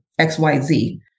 xyz